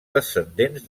descendents